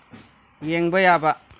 ꯌꯦꯡꯕ ꯌꯥꯕ